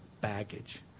baggage